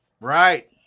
Right